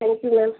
thank you ma'am